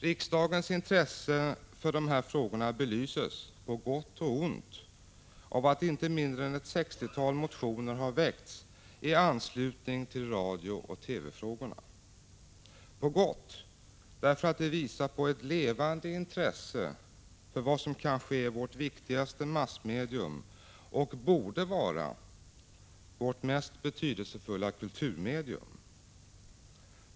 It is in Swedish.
Riksdagens intresse för dessa frågor belyses, på gott och ont, av att inte mindre än ett sexiotal motioner har väckts i anslutning till radiooch TV-frågorna. På gott därför att det visar på ett levande intresse för vad som kanske är vår viktigaste massmedium och borde vara vårt mest betydelsefulla kulturmedium.